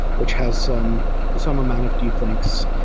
which has some some amount of deep links.